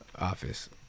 office